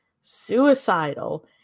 suicidal